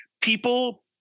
people